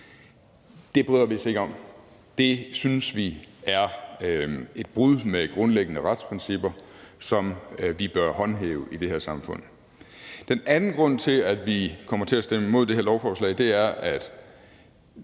Det bryder vi os ikke om. Det synes vi er et brud på grundlæggende retsprincipper, som vi bør håndhæve i det her samfund. Den anden grund til, at vi kommer til at stemme imod det her lovforslag, er, at